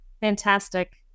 Fantastic